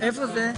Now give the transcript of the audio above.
איפה זה?